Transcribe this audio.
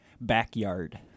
Backyard